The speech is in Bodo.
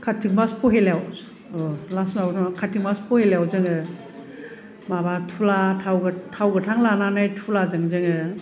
काटि मास पहेलायाव ओ लास्त माबाथ' नङा काटि मास पहेलायाव जोङो माबा थुला थाव थाव गोथां लानानै थुलाजों जोङो